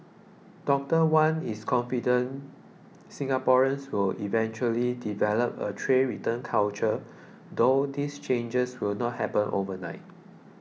Doctor Wan is confident Singaporeans will eventually develop a tray return culture though these changes will not happen overnight